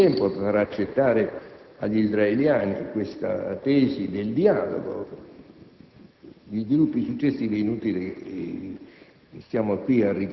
Ci volle un po' di tempo per far accettare agli israeliani la tesi del dialogo. Gli sviluppi successivi è inutile